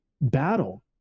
battle